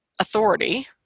authority